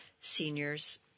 seniors